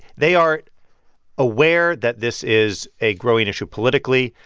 they are aware that this is a growing issue politically.